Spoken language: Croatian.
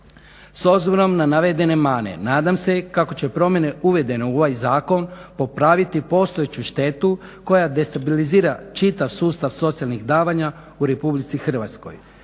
S obzirom na navedene mane nadam se kako će promjene uvedene u ovaj zakon popraviti postojeću štetu koja destabilizira čitav sustav socijalnih davanja u RH. iskreno